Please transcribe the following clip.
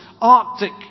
arctic